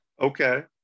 Okay